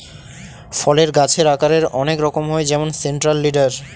ফলের গাছের আকারের অনেক রকম হয় যেমন সেন্ট্রাল লিডার